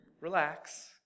Relax